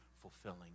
fulfilling